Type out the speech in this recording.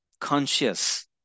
conscious